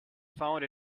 found